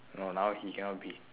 no now he cannot be